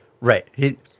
Right